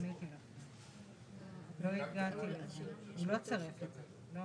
איך את עושה את זה בפועל?